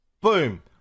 Boom